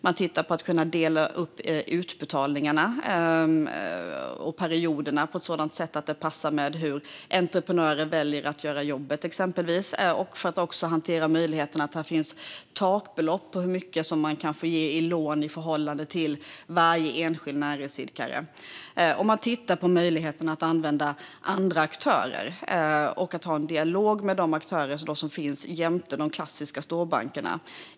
Man tittar på att kunna dela upp utbetalningarna och perioderna på ett sådant sätt att det passar med hur entreprenörer väljer att göra jobbet, exempelvis, och på möjligheten att ha takbelopp för hur mycket som får ges i lån i förhållande till varje enskild näringsidkare. Och man tittar på möjligheten att använda andra aktörer och att ha en dialog med de aktörer som finns jämte de klassiska storbankerna.